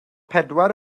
pedwar